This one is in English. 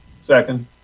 Second